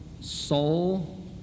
soul